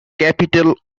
capital